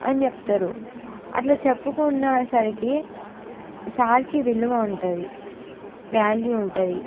అని చెప్తారు అట్లా చెప్పుకున్న సరికి సార్కి విలువ ఉంటుంది వ్యాల్యూ ఉంటుంది